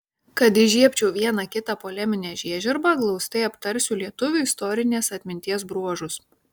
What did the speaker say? kad įžiebčiau vieną kitą poleminę žiežirbą glaustai aptarsiu lietuvių istorinės atminties bruožus